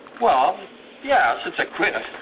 well yeah, since i quit.